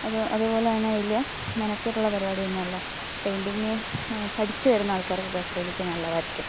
അതുപോലെ തന്നെ വലിയ മെനക്കേടുള്ള പരിപാടിയൊന്നും അല്ല പെയിന്റിംഗ് പഠിച്ച് വരുന്ന ആൾക്കാർക്കൊക്കെ അക്രലിക് നല്ലതായിരിക്കും